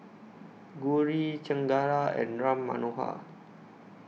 Gauri Chengara and Ram Manohar